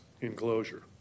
enclosure